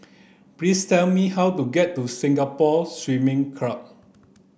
please tell me how to get to Singapore Swimming Club